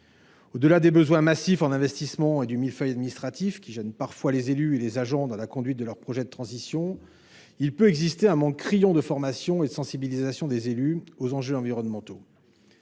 Au delà des besoins massifs en investissements et du millefeuille administratif, qui gêne parfois les élus et les agents dans la conduite de leurs projets de transition, il peut exister un manque criant de formation et de sensibilisation des élus aux enjeux environnementaux.